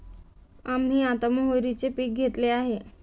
आम्ही आता मोहरीचे पीक घेतले आहे